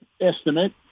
estimate